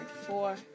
Four